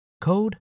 code